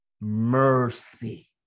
Mercy